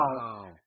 Wow